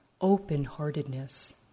open-heartedness